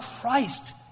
Christ